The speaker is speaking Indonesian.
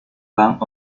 bank